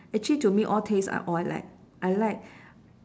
actually to me all taste uh all I like I like